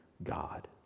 god